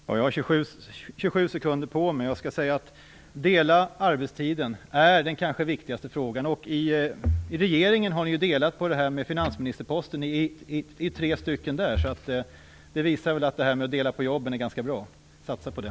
Fru talman! Jag har 27 sekunder på mig. Jag vill då säga att delning av arbetstiden är den kanske viktigaste frågan. I regeringen har ni ju delat på finansministerposten. Ni har tre stycken där. Det visar väl att det här med att dela på jobben är ganska bra. Satsa på det!